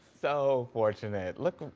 so fortunate. look,